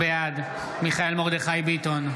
בעד מיכאל מרדכי ביטון,